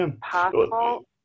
possible